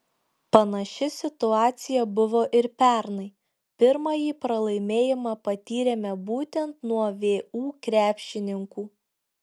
panaši situacija buvo ir pernai pirmąjį pralaimėjimą patyrėme būtent nuo vu krepšininkų